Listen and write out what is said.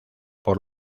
por